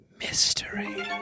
Mystery